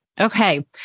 Okay